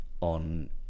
on